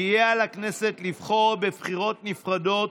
יהיה על הכנסת לבחור בבחירות נפרדות